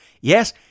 yes